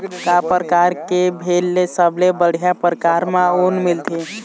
का परकार के भेड़ ले सबले बढ़िया परकार म ऊन मिलथे?